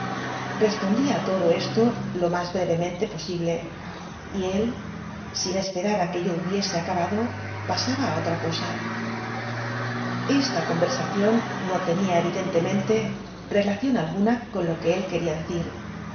pondía á todo esto lo más brevemente posible y él sin esperar á que yo hubiese acabado pasaba á otra cosa hsta conversación d o tenía evidentómente relación alguna con lo que él quería de